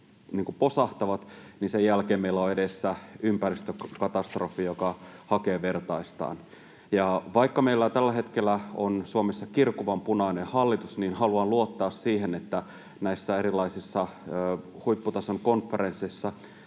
posahtavat, niin sen jälkeen meillä on edessä ympäristökatastrofi, joka hakee vertaistaan. Vaikka meillä tällä hetkellä on Suomessa kirkuvan punainen hallitus, niin haluan luottaa siihen, että näissä erilaisissa huipputason konferensseissa